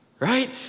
right